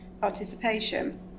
participation